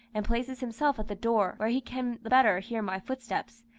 and places himself at the door, where he can the better hear my footsteps,